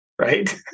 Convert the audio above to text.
right